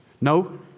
No